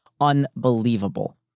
unbelievable